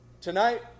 Tonight